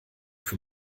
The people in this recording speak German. für